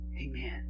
Amen